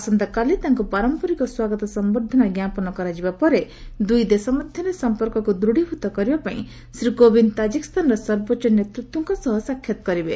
ଆସନ୍ତାକାଲି ତାଙ୍କୁ ପାରମ୍ପରିକ ସ୍ୱାଗତ ସମ୍ଭର୍ଦ୍ଧନା ଜ୍ଞାପନ କରାଯିବା ପରେ ଦୁଇ ଦେଶ ମଧ୍ୟରେ ସମ୍ପର୍କକୁ ଦୃତ୍ୱୀଭୂତ କରିବାପାଇଁ ଶ୍ରୀ କୋବିନ୍ଦ୍ ତାଜିକିସ୍ତାନର ସର୍ବୋଚ୍ଚ ନେତୃତ୍ୱଙ୍କ ସହ ସାକ୍ଷାତ୍ କରିବେ